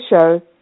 Show